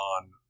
on